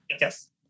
Yes